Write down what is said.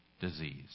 disease